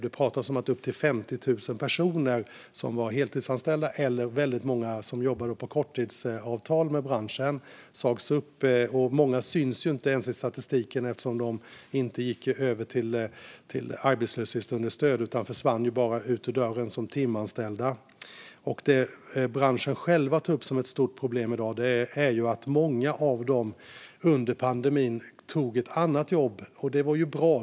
Det pratas om att upp till 50 000 personer som var heltidsanställda eller jobbade på korttidsavtal inom branschen sas upp. Många syns inte ens i statistiken, eftersom de inte gick över till arbetslöshetsunderstöd utan bara försvann ut genom dörren som timanställda. Det som branschen själv tar upp som ett stort problem i dag är att många av dem tog ett annat jobb under pandemin. Det var bra.